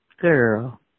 Girl